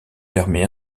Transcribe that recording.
permet